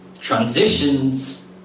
Transitions